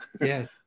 Yes